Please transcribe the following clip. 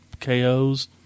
KOs